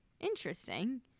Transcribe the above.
interesting